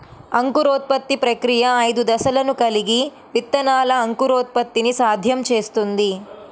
అంకురోత్పత్తి ప్రక్రియ ఐదు దశలను కలిగి విత్తనాల అంకురోత్పత్తిని సాధ్యం చేస్తుంది